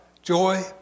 Joy